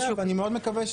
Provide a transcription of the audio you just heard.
אני יודע ואני מאוד מקווה.